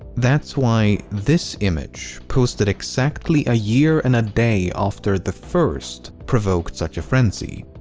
that's why this image, posted exactly a year and a day after the first, provoked such a frenzy.